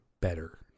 better